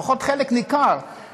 או לפחות של חלק ניכר מהמסתננים,